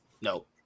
No